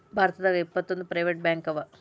ಭಾರತದಾಗ ಇಪ್ಪತ್ತೊಂದು ಪ್ರೈವೆಟ್ ಬ್ಯಾಂಕವ